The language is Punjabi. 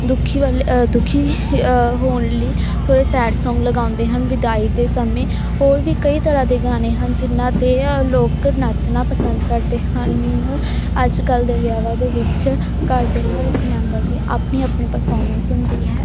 ਦੁਖੀ ਵਾਲੇ ਦੁਖੀ ਹੋਣ ਲਈ ਥੋੜ੍ਹੇ ਸੈਡ ਸੌਂਗ ਲਗਾਉਂਦੇ ਹਨ ਵਿਦਾਈ ਦੇ ਸਮੇਂ ਹੋਰ ਵੀ ਕਈ ਤਰ੍ਹਾਂ ਦੇ ਗਾਣੇ ਹਨ ਜਿਨ੍ਹਾਂ 'ਤੇ ਅ ਲੋਕ ਨੱਚਣਾ ਪਸੰਦ ਕਰਦੇ ਹਨ ਅੱਜ ਕੱਲ੍ਹ ਦੇ ਵਿਆਹਾਂ ਦੇ ਵਿੱਚ ਘਰ ਦੇ ਹਰ ਇੱਕ ਮੈਂਬਰ ਦੀ ਆਪਣੀ ਆਪਣੀ ਪਰਫਾਰਮੈਂਸ ਹੁੰਦੀ ਹੈ